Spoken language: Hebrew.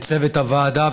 את צוות הוועדה,